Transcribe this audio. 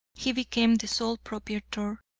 he became the sole proprietor.